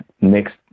next